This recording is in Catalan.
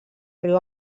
riu